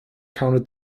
counter